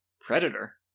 Predator